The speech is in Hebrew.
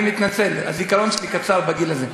אני מתנצל, הזיכרון שלי קצר בגיל הזה.